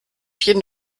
jeden